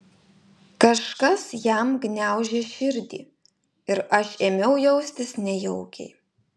kažkas jam gniaužė širdį ir aš ėmiau jaustis nejaukiai